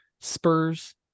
Spurs